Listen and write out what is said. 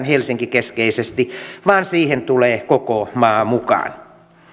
helsinki keskeisesti vaan siihen tulee koko maa mukaan